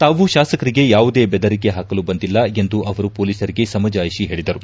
ತಾವು ಶಾಸಕರಿಗೆ ಯಾವುದೇ ಬೆದರಿಕೆ ಹಾಕಲು ಬಂದಿಲ್ಲ ಎಂದು ಅವರು ಪೊಲೀಸರಿಗೆ ಸಮಜಾಯಿಷಿ ಹೇಳಿದರು